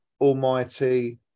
Almighty